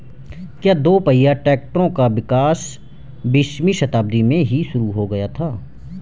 क्या दोपहिया ट्रैक्टरों का विकास बीसवीं शताब्दी में ही शुरु हो गया था?